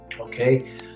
okay